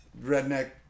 redneck